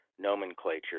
nomenclature